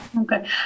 okay